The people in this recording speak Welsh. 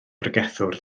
bregethwr